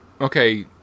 okay